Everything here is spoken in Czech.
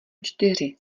čtyři